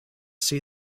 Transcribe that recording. see